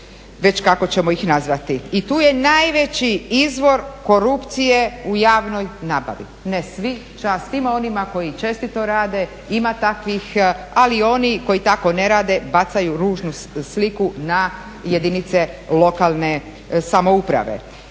već kako ćemo ih nazvati. I tu je najveći izvor korupcije u javnoj nabavi. Ne svi, čast svima onima koji čestito rade. Ima takvih, ali i oni koji tako ne rade bacaju ružnu sliku na jedinice lokalne samouprave.